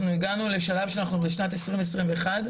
אנחנו הגענו לשלב שאנחנו בשנת 2021,